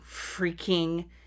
freaking